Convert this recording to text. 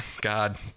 god